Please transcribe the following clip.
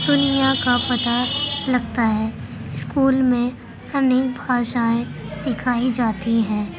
دنیا کا پتہ لگتا ہے اسکول میں انیک بھاشائیں سکھائی جاتی ہیں